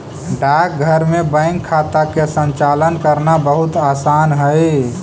डाकघर में बैंक खाता के संचालन करना बहुत आसान हइ